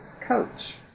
Coach